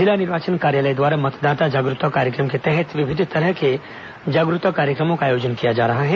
जिला निर्वाचन कार्यालय द्वारा मतदाता जागरूकता कार्यक्रम के तहत विभिन्न तरह के जागरूकता कार्यक्रमों का आयोजन किया जा रहा है